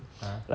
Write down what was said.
(uh huh)